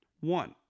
One